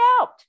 out